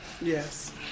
Yes